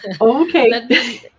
okay